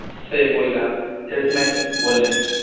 سے بول رہیں آپ سیلسمین بول رہیں